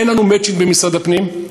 אין לנו מצ'ינג במשרד הפנים,